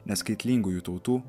neskaitlingųjų tautų